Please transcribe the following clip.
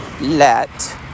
let